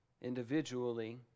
individually